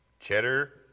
Cheddar